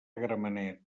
gramenet